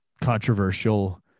controversial